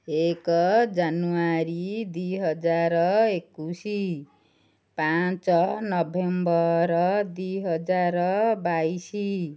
ଏକ ଜାନୁଆରୀ ଦୁଇ ହଜାର ଏକୋଇଶ ପାଞ୍ଚ ନଭେମ୍ବର ଦୁଇ ହଜାର ବାଇଶ